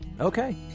okay